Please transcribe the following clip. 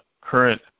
current